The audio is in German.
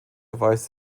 erweist